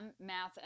math